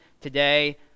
today